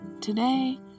today